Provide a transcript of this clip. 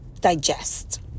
digest